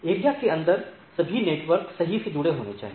area के अंदर सभी नेटवर्क सही से जुड़े होने चाहिए